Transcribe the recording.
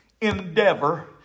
endeavor